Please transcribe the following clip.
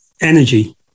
energy